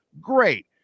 Great